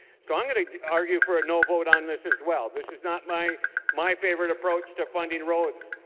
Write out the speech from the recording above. so i'm going to argue for a no vote on this as well. this is not my my favorite approach to funding roads.